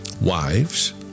Wives